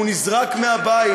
שהוא נזרק מהבית,